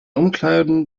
umkleiden